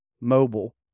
mobile